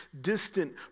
distant